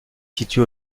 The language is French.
situé